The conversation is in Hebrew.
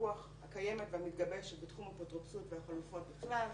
הפיקוח הקיימת והמתגבשת בתחום האפוטרופסות והחלופות בכלל.